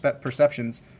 perceptions